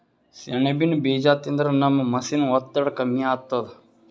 ಸೆಣಬಿನ್ ಬೀಜಾ ತಿಂದ್ರ ನಮ್ ಮನಸಿನ್ ಒತ್ತಡ್ ಕಮ್ಮಿ ಆತದ್